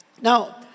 Now